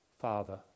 Father